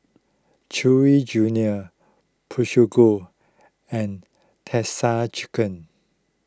Chewy Junior Peugeot and Texas Chicken